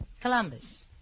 Columbus